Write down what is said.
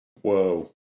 Whoa